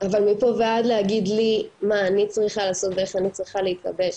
אבל מפה ועד להגיד לי מה אני צריכה לעשות ואיך אני צריכה להתלבש,